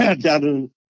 down